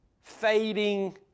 fading